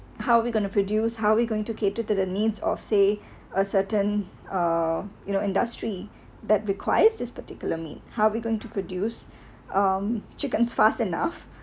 how we gonna produce how we going to cater to the needs or say a certain uh you know industry that requires this particular mean how are we going to produce um chickens fast enough